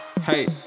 Hey